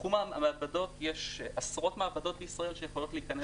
בתחום המעבדות יש עשרות מעבדות בישראל שיכולות להיכנס לענף.